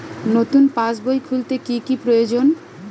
নতুন পাশবই খুলতে কি কি প্রয়োজন?